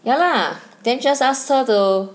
ya lah then just ask her to